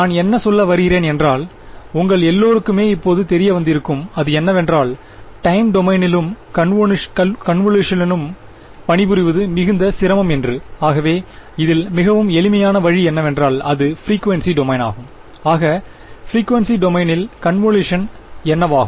நான் என்ன சொல்ல வருகிறேன் என்றால் உங்கள் எல்லோருக்குமே இப்போது தெரிய வந்திருக்கும் அது என்னவென்றால் டைம் டொமைனிலும் காணவொலுஷனிலும் பணி புரிவது மிகுந்த சிரமம் என்று ஆகவே இதில் மிகவும் எளிமையான வழி என்னவென்றால் அது பிரிகுவேன்சி டொமைனாகும் ஆக பிரிகுவேன்சி டொமைனில் காணவொலுஷன் என்னவாகும்